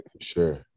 Sure